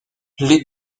les